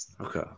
okay